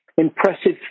Impressive